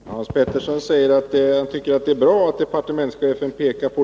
Herr talman! Hans Pettersson i Helsingborg säger att han tycker det är bra att departementschefen —